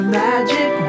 magic